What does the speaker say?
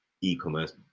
e-commerce